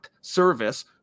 service